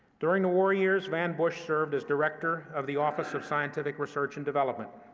during the war years, van bush served as director of the office of scientific research and development,